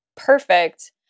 Perfect